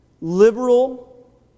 liberal